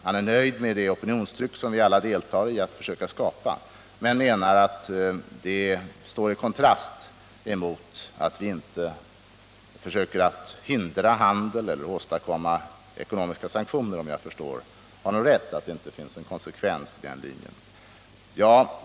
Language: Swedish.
Han är nöjd med det opinionstryck vi alla försöker skapa, men menar att det står i kontrast mot att vi inte försöker hindra handel eller åstadkomma ekonomiska sanktioner, om jag förstår honom rätt. Det finns, enligt honom, ingen konsekvens på den linjen.